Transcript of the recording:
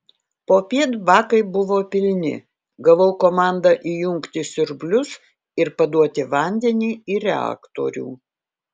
popiet bakai buvo pilni gavau komandą įjungti siurblius ir paduoti vandenį į reaktorių